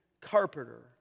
carpenter